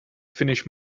finish